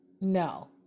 No